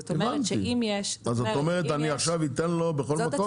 זאת אומרת שאם יש --- אז את אומרת שעכשיו תיתנו לו בכל מקום?